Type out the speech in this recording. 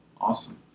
awesome